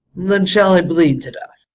then shall i bleed to death.